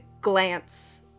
glance